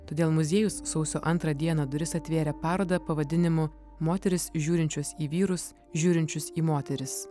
todėl muziejus sausio antrą dieną duris atvėrė parodą pavadinimu moterys žiūrinčios į vyrus žiūrinčius į moteris